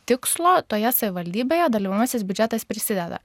tikslo toje savivaldybėje dalyvaujamasis biudžetas prisideda